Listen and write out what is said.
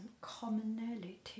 commonality